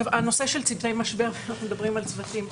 הנושא של צוותי משבר, אם אנחנו מדברים על צוותים.